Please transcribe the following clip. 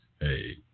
hey